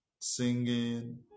singing